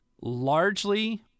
Largely